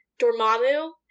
Dormammu